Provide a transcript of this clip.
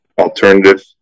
alternative